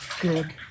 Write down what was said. good